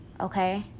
okay